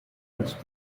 als